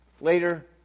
Later